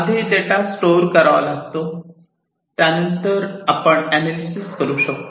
आधी data store करावा लागतो त्यानंतर आपण एनालिसिस करू शकतो